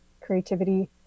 Creativity